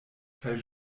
kaj